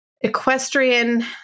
equestrian